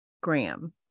Graham